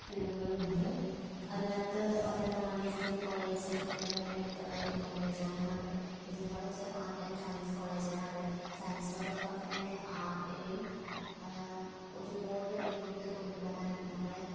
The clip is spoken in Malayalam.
സ്കൂളുകളും ഉണ്ട് അതിനകത്ത് ഒരണ്ണമാണ് എസ് എൻ കോളേജ് ഞങ്ങടെ വീടിൻറ്റെ അടുത്തുള്ളൊരു കോളേജാണ് അവിടെ S N college arts and science കോളേജാണ് അവിടെ സയൻസിനോട് ഒപ്പം തന്നെ ആർട്ടിനെയും ഒരുപോലെ മുന്നോട്ട് കൊണ്ട് വരാനും നമ്മളെ